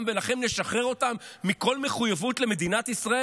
ולכן לשחרר אותם מכל מחויבות למדינת ישראל?